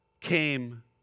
came